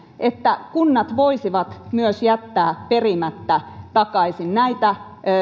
että kunnat voisivat myös jättää perimättä takaisin näitä